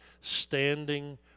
standing